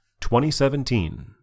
2017